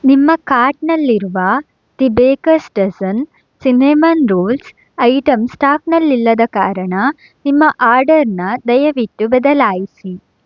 ನಿಮ್ಮ ಕಾರ್ಟ್ನಲ್ಲಿರುವ the baker's dozen cinnamon rolls item ಸ್ಟಾಕ್ನಲ್ಲಿಲ್ಲದ ಕಾರಣ ನಿಮ್ಮ ಆರ್ಡರನ್ನು ದಯವಿಟ್ಟು ಬದಲಾಯಿಸಿ